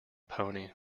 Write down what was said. pony